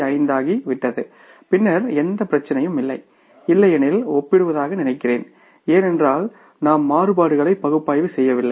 5 ஆகிவிட்டது பின்னர் எந்த பிரச்சினையும் இல்லை இல்லையெனில் ஒப்பிடுவதாக நினைக்கிறேன் ஏனென்றால் நாம் மாறுபாடுகளை பகுப்பாய்வு செய்யவில்லை